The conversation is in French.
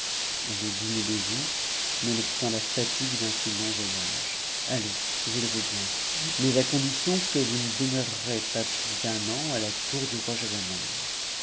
elle est digue d vous nonobstant la fatigue d'un si long voyage allez je le veux bien us a condition que vous ne demeurerez pas ptus d'un a à la cour u rot